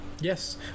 Yes